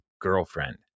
girlfriend